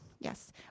Yes